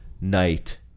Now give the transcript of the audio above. night